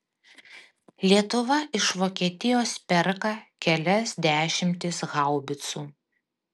lietuva iš vokietijos perka kelias dešimtis haubicų